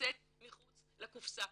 לצאת מחוץ לקופסה.